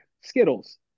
Skittles